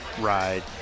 ride